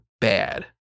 bad